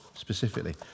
Specifically